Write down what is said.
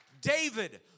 David